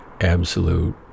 absolute